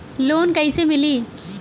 Loan कईसे मिली?